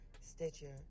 Stitcher